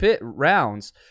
rounds